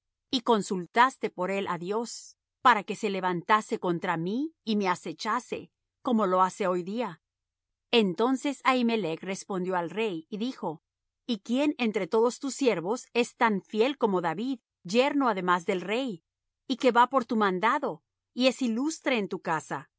y consultaste por él á dios para que se levantase